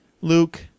Luke